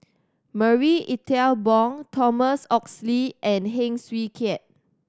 Marie Ethel Bong Thomas Oxley and Heng Swee Keat